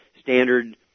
standard